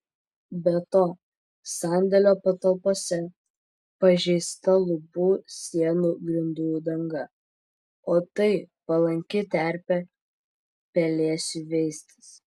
be to sandėlio patalpose pažeista lubų sienų grindų danga o tai palanki terpė pelėsiui veistis